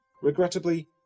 Regrettably